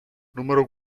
número